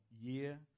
year